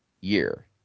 year